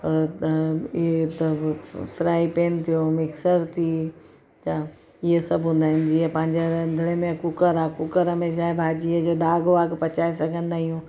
त त ईअं त फ्राई पैन थियो मिक्सर थी थिया इहे सभु हूंदा आहिनि जीअं पंहिंजे रंधिणे में कूकर आहे कूकर में छा आहे भाॼी जो दाॻ वाॻ पचाए सघंदा आहियूं